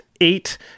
eight